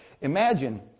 Imagine